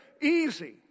easy